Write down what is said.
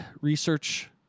research